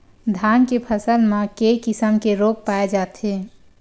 धान के फसल म के किसम के रोग पाय जाथे?